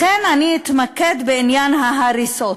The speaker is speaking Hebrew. לכן אני אתמקד בעניין ההריסות,